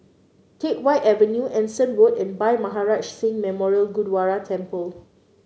Teck Whye Avenue Anson Road and Bhai Maharaj Singh Memorial Gurdwara Temple